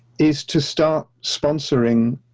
is to start sponsoring